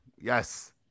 yes